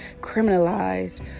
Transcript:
criminalized